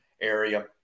area